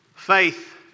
faith